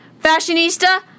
fashionista